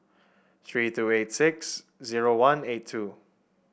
three two eight six zero one eight two